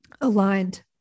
aligned